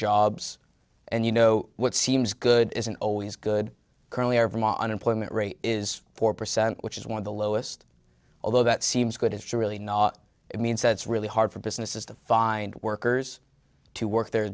jobs and you know what seems good isn't always good curlier vermont unemployment rate is four percent which is one of the lowest although that seems good is surely not it means that it's really hard for businesses to find workers to work their